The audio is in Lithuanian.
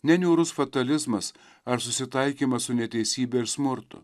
ne niūrus fatalizmas ar susitaikymas su neteisybe ir smurtu